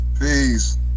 peace